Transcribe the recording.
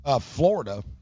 Florida